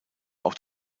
auch